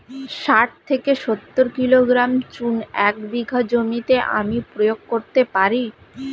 শাঠ থেকে সত্তর কিলোগ্রাম চুন এক বিঘা জমিতে আমি প্রয়োগ করতে পারি?